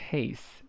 Case